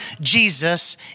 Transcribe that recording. Jesus